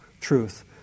truth